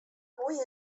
avui